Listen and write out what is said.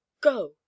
go